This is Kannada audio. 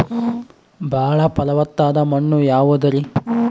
ಬಾಳ ಫಲವತ್ತಾದ ಮಣ್ಣು ಯಾವುದರಿ?